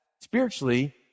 spiritually